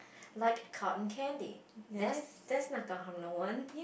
like cotton candy that's that's not gonna harm no one